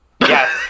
Yes